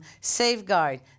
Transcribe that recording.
Safeguard